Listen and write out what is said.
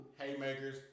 haymakers